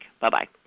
Bye-bye